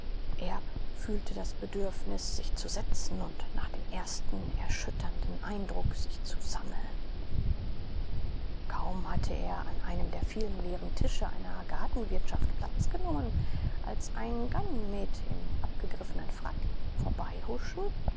fühlte das bedürfnis sich zu setzen und nach dem ersten erschütternden eindruck sich zu sammeln kaum hatte er an einem der vielen leeren tische einer gartenwirtschaft platz genommen als ein ganymed im abgegriffenen frack im